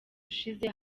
ushize